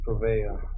prevail